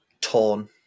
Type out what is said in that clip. Torn